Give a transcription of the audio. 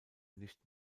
nicht